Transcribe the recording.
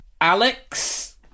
Alex